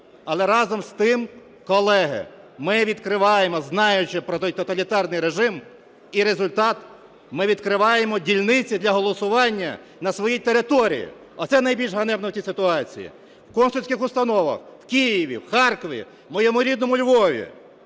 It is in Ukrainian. Але разом з тим, колеги, ми відкриваємо, знаючи про той тоталітарний режим і результат, ми відкриваємо дільниці для голосування на своїй території, – оце найбільш ганебно в цій ситуації. В консульських установах у Києві, у Харкові, у моєму рідному Львові,